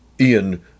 Ian